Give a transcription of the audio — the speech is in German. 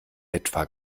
etwa